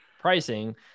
pricing